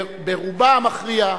ברובה המכריע,